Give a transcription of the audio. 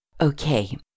Okay